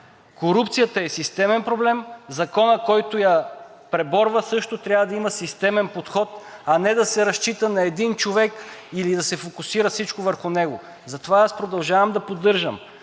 Корупцията е системен проблем. Законът, който я преборва, също трябва да има системен подход, а не да се разчита на един човек или да се фокусира всичко върху него. Затова аз продължавам да поддържам,